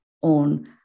on